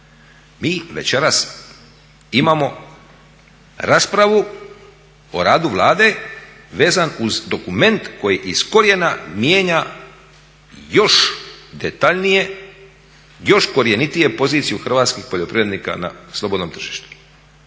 Mi večeras imamo raspravu o radu Vlade vezan uz dokument koji iz korijena mijenja još detaljnije, još korjenitije poziciju hrvatskih poljoprivrednika na slobodnom tržištu.